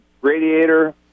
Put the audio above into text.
radiator